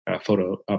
photo